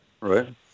Right